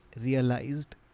realized